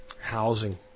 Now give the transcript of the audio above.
Housing